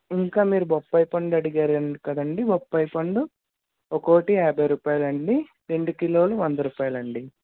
ఇంకా మీరు బొప్పాయిపండు అడిగారండి కదండి బొప్పాయిపండు ఒకోటి యాభై రూపాయలండి రెండు కిలోలు వంద రూపాయలండి